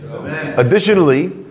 Additionally